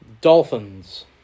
Dolphins